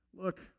Look